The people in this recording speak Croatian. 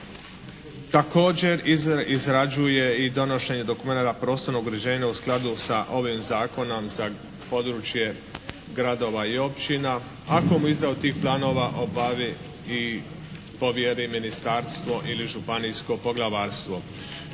također izrađuje i donošenje dokumenata prostornog uređenja u skladu sa ovim zakonom za područje gradova i općina ako mu izdaju tih planova obavi i povjeri ministarstvo ili županijsko poglavarstvo.